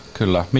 kyllä